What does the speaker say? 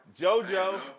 JoJo